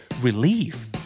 relief